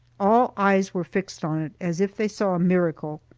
all eyes were fixed on it as if they saw a miracle.